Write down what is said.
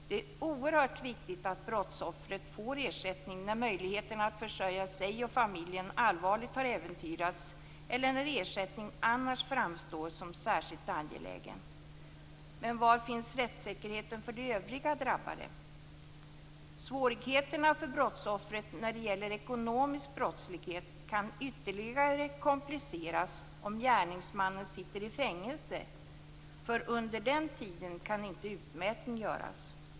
Det är oerhört viktigt att brottsoffret får ersättning när möjligheterna att försörja sig och familjen allvarligt har äventyrats eller när ersättning annars framstår som särskilt angelägen. Men var finns rättssäkerheten för de övriga drabbade? Svårigheterna för brottsoffret när det gäller ekonomisk brottslighet kan ytterligare kompliceras om gärningsmannen sitter i fängelse. Under den tiden kan inte utmätning göras.